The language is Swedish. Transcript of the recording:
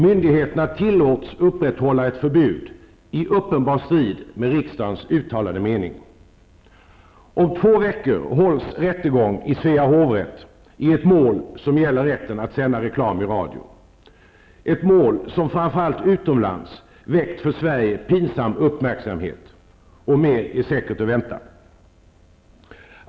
Myndigheterna tillåts upprätthålla ett förbud som står i uppenbar strid med riksdagens uttalade mening. Om två veckor hålls rättegång i Svea hovrätt i ett mål som gäller rätten att sända reklam i radio -- ett mål som framför allt utomlands väckt för Sverige pinsam uppmärksamhet, och mer är säkert att vänta.